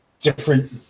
different